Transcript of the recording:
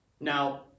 Now